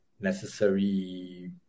Necessary